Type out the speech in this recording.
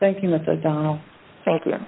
thank you thank you